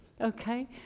Okay